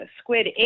Squid